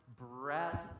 breath